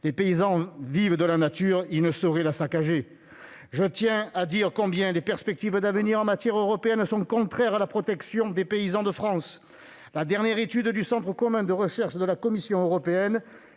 Les paysans vivent de la nature : ils ne sauraient la saccager ! Je tiens à dire combien les perspectives en matière européenne sont contraires à la protection des paysans de France. La dernière étude du centre commun de recherche de la Commission européenne